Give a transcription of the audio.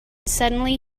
suddenly